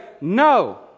No